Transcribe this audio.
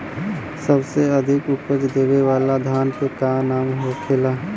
सबसे अधिक उपज देवे वाला धान के का नाम होखे ला?